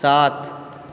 सात